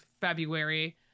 February